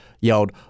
yelled